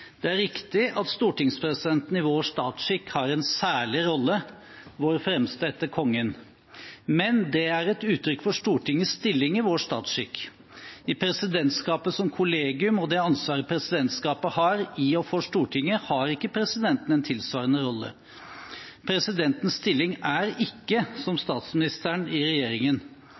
Det er riktig at stortingspresidenten i vår statsskikk har en særlig rolle, vår fremste etter Kongen. Men det er et uttrykk for Stortingets stilling i vår statsskikk. I presidentskapet som kollegium og det ansvaret presidentskapet har i og for Stortinget, har ikke presidenten en tilsvarende rolle. Presidentens stilling er ikke, som statsministerens i regjeringen,